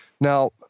Now